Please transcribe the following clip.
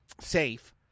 safe